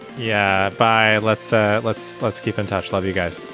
yeah, bye. let's ah let's let's keep in touch. love you guys.